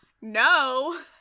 no